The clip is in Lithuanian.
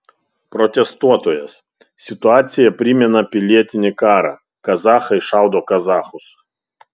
protestuotojas situacija primena pilietinį karą kazachai šaudo kazachus